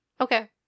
Okay